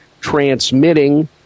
transmitting